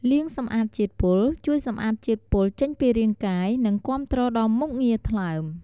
លាងសម្អាតជាតិពុល ជួយសម្អាតជាតិពុលចេញពីរាងកាយ និងគាំទ្រដល់មុខងារថ្លើម។